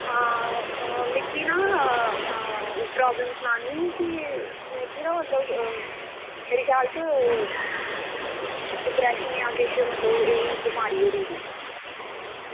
आं मिगी ना उप्परा ना केह्ड़ा मतलब मेरे ख्याल च डिप्रेशन जां किश एह् बमारी होई गेदी